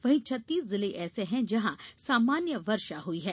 वहीं छत्तीस जिले ऐसे है जहां सामान्य वर्षा हुई है